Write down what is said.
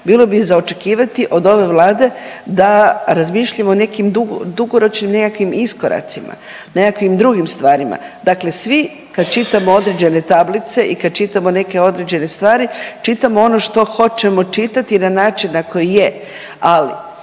bilo bi za očekivati od ove Vlade da razmišljamo o nekim dugoročnim nekakvim iskoracima, nekakvim drugim stvarima. Dakle, svi kad čitamo određene tablice i kad čitamo neke određene stvari čitamo ono što hoćemo čitati na način na koji je,